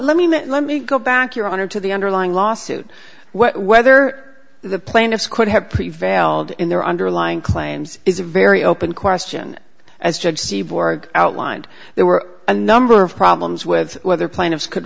let me let me go back your honor to the underlying lawsuit whether the plaintiffs could have prevailed in their underlying claims is a very open question as judge seaboard outlined there were a number of problems with whether plaintiffs could